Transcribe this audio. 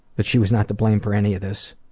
that she was not to blame for any of this.